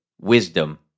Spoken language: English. wisdom